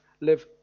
live